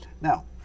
Now